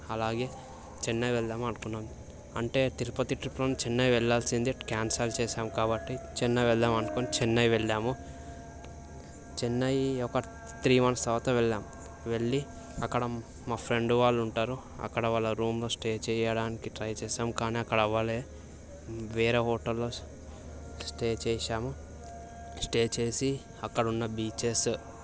అలాగే చెన్నై వెళదాం అనుకున్నాం అంటే తిరుపతి ట్రిప్లోనే చెన్నై వెళ్ళాల్సింది క్యాన్సల్ చేసాం కాబట్టి చెన్నై వెళదాం అనుకొని చెన్నై వెళ్ళాము చెన్నై ఒక త్రీ మంత్స్ తర్వాత వెళ్ళాం వెళ్ళి అక్కడ మా ఫ్రెండ్ వాళ్ళు ఉంటారు అక్కడ వాళ్ళ రూమ్లో స్టే చేయడానికి ట్రై చేసాం కానీ అక్కడ అవ్వలే వేరే హోటల్లో స్టే చేశాము స్టే చేసి అక్కడ ఉన్న బీచెస్